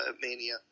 Mania